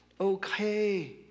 okay